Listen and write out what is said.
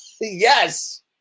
Yes